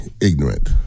ignorant